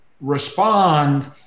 respond